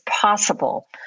possible